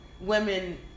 women